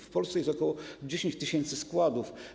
W Polsce jest ok. 10 tys. składów.